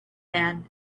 man